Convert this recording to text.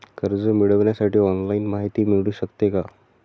कर्ज मिळविण्यासाठी ऑनलाईन माहिती मिळू शकते का?